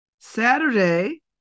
Saturday